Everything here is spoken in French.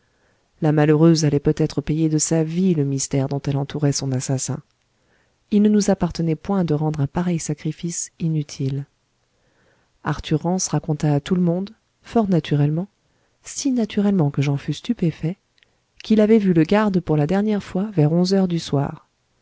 la malheureuse allait peut-être payer de sa vie le mystère dont elle entourait son assassin il ne nous appartenait point de rendre un pareil sacrifice inutile arthur rance raconta à tout le monde fort naturellement si naturellement que j'en fus stupéfait qu'il avait vu le garde pour la dernière fois vers onze heures du soir